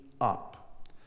up